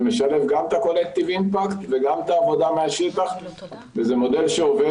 זה משלב גם את ה-collective impact וגם את העבודה מהשטח וזה מודל שעובד